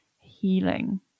healing